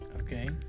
Okay